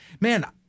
man